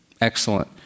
Excellent